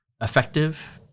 effective